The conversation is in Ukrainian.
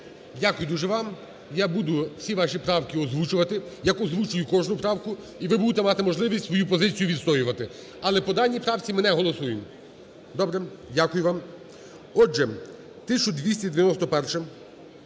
Дякую дуже вам. Я буду всі ваші правки озвучувати, як озвучую кожну правку, і ви будете мати можливість свою позицію відстоювати. Але по даній правці ми не голосуємо? Добре. Дякую вам. Отже, 1291-а.